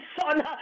son